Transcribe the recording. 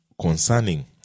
concerning